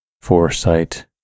foresight